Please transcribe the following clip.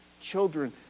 children